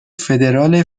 فدرال